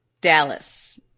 Dallas